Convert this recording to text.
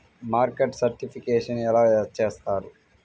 Market certification ఎలా చేస్తారు?